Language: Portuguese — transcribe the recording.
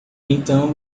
então